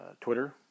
Twitter